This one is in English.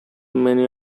many